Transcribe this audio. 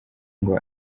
ngo